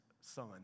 son